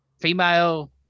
female